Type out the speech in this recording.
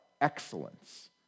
excellence